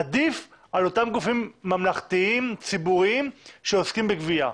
עדיף על אותם גופים ממלכתיים ציבוריים שעוסקים בגבייה?